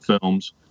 films